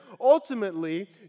ultimately